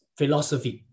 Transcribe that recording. philosophy